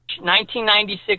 1996